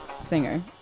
singer